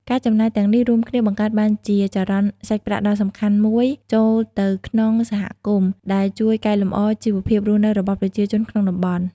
ការចំណាយទាំងនេះរួមគ្នាបង្កើតបានជាចរន្តសាច់ប្រាក់ដ៏សំខាន់មួយចូលទៅក្នុងសហគមន៍ ដែលជួយកែលម្អជីវភាពរស់នៅរបស់ប្រជាជនក្នុងតំបន់។